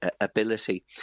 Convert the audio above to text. ability